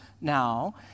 now